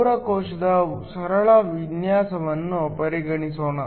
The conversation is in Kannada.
ಸೌರ ಕೋಶದ ಸರಳ ವಿನ್ಯಾಸವನ್ನು ಪರಿಗಣಿಸೋಣ